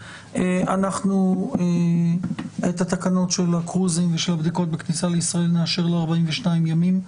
את התקנות של ה-קרוזים ושל הבדיקות בכניסה לישראל נאשר ל-42 ימים.